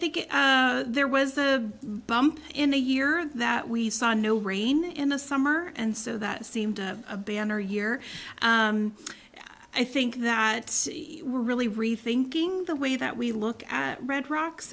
think there was a bump in the year that we saw no rain in the summer and so that seemed a banner year i think that we're really rethinking the way that we look at red rocks